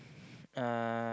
uh